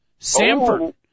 Samford